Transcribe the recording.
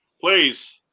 Please